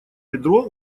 ведро